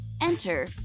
Enter